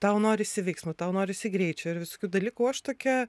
tau norisi veiksmo tau norisi greičio ir visokių dalykų aš tokia